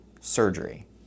surgery